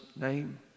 name